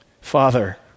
Father